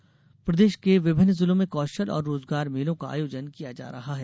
रोजगार मेला प्रदेश के विभिन्न जिलों में कौशल और रोजगारों मेलों का आयोजन किया जा रहा है